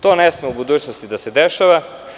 To ne sme u budućnosti da se dešava.